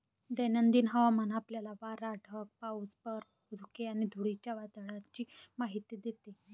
दैनंदिन हवामान आपल्याला वारा, ढग, पाऊस, बर्फ, धुके आणि धुळीच्या वादळाची माहिती देते